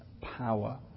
power